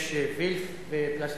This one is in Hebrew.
יש וילף ופלסנר.